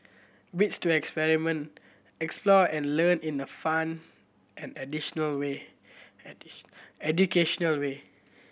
bits to experiment explore and learn in a fun and additional way educational way